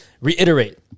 reiterate